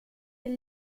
les